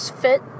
fit